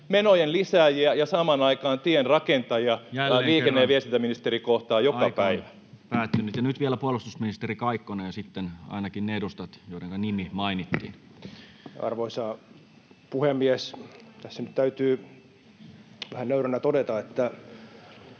menojen lisääjiä ja samaan aikaan tienrakentajia liikenne- ja viestintäministeri kohtaa joka päivä. Jälleen kerran aika on päättynyt. — Ja nyt vielä puolustusministeri Kaikkonen [Timo Heinonen: Hän on hyvä mies!] ja sitten ainakin ne edustajat, joidenka nimi mainittiin. Arvoisa puhemies! Tässä nyt täytyy vähän nöyränä todeta, että